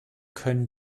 können